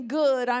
good